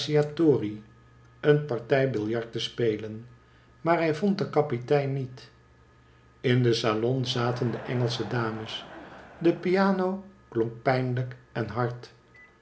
cacciatori een partij billart te spelen maar hij vond den kapitein niet in den salon zaten de engelsche dames de piano klonk pijnlijk en hard